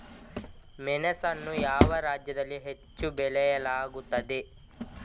ಮೆಣಸನ್ನು ಯಾವ ರಾಜ್ಯದಲ್ಲಿ ಹೆಚ್ಚು ಬೆಳೆಯಲಾಗುತ್ತದೆ?